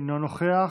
אינו נוכח,